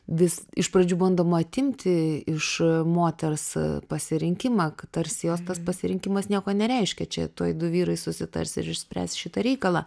vis iš pradžių bandoma atimti iš moters pasirinkimą kad tarsi jos tas pasirinkimas nieko nereiškia čia tuoj du vyrai susitars ir išspręs šitą reikalą